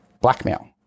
blackmail